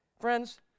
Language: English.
friends